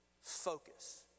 focus